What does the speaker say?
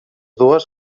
dues